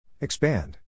Expand